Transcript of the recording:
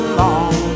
long